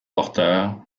porteurs